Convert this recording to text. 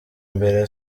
mbere